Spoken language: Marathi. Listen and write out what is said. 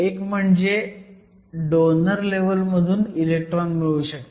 एक म्हणजे डोनर लेव्हल मधून इलेक्ट्रॉन मिळू शकतात